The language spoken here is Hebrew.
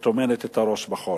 וטומנת את הראש בחול.